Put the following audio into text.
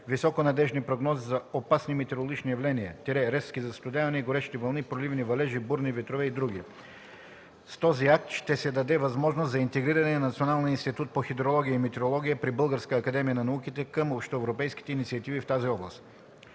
високонадеждни прогнози за опасни метеорологични явления – резки застудявания, горещи вълни, проливни валежи, бурни ветрове и други. С този акт ще се даде възможност за интегриране на Националния институт по хидрология и метеорология при Българска академия на науките към общоевропейските инициативи в тази област.